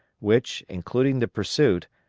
which, including the pursuit,